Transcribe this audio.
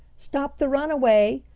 stop the runaway!